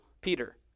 Peter